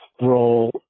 role